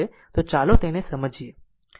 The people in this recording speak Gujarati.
તો ચાલો તેને સમજીએ